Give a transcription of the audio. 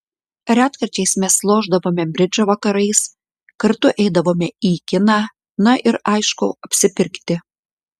retkarčiais mes lošdavome bridžą vakarais kartu eidavome į kiną na ir aišku apsipirkti